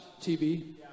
TV